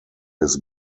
his